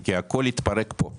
כי הכול התפרק פה.